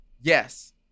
Yes